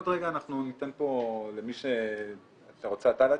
עוד רגע אנחנו ניתן פה למי ש --- אתה רוצה להציג,